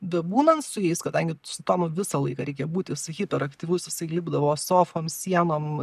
bebūnant su jais kadangi su tomu visą laiką reikia būt jisai hiperaktyvus jisai lipdavo sofom sienom